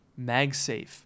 MagSafe